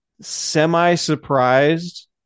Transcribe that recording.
semi-surprised